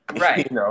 right